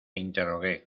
interrogué